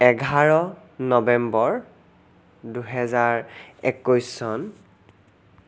এঘাৰ নৱেম্বৰ দুহেজাৰ একৈছ চন